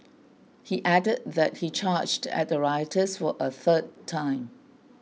he added that he charged at the rioters for a third time